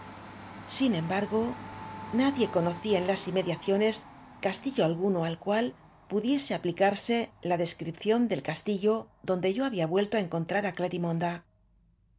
sia embargo nadie conocía en las inmediacio nes castillo a lg u q o al cual pudiese aplicarse la descripción del castillo donde yo había vuelto á encoqtrar á